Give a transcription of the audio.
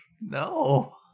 No